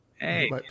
Hey